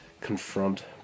confront